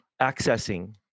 accessing